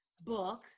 book